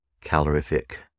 calorific